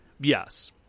Yes